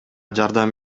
жардам